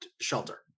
shelter